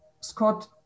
Scott